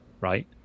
right